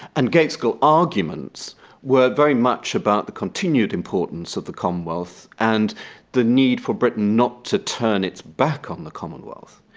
and gaitskell's arguments were very much about the continued importance of the commonwealth and the need for britain not to turn its back on the commonwealth.